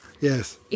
Yes